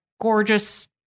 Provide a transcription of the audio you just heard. gorgeous